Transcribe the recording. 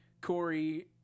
Corey